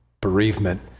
bereavement